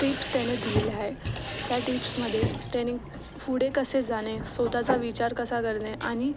tips त्याने दिलेल्या आहे त्या टिप्समध्ये त्याने पुढे कसे जाणे स्वतःचा विचार कसा करणे आणि